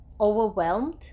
overwhelmed